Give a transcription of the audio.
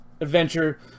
adventure